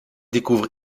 découvre